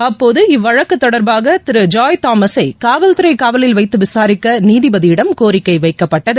அப்போது இவ்வழக்கு தொடர்பாக ஜாய் தாமஸை காவல்துறை காவலில் வைத்து விசாரிக்க நீதிபதியிடம் கோரிக்கை வைக்கப்பட்டது